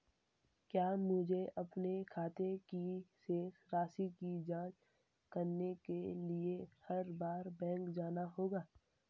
क्या मुझे अपने खाते की शेष राशि की जांच करने के लिए हर बार बैंक जाना होगा?